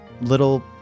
little